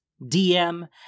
DM